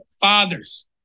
fathers